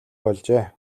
болжээ